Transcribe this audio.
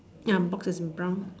ya boxes in brown